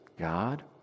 God